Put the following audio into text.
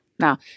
Now